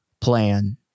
plan